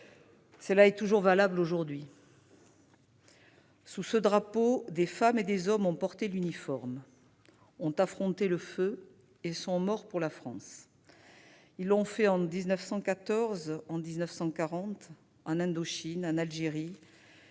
Cela est toujours valable aujourd'hui. Sous ce drapeau, des femmes et des hommes ont porté l'uniforme, ont affronté le feu et sont morts pour la France. Ils l'ont fait en 1914, en 1940, en Indochine, en Algérie,